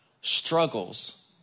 struggles